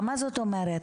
מה זאת אומרת?